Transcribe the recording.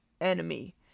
enemy